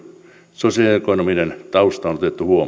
sosioekonominen tausta on